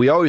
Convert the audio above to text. we always